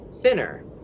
*Thinner*